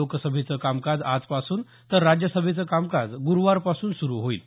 लोकसभेचं कामकाज आजपासून तर राज्यसभेचं कामकाज गुरुवारपासून सुरू होईल